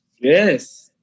Yes